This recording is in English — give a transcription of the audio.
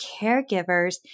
caregivers